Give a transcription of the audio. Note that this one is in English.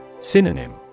Synonym